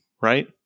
right